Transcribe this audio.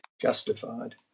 justified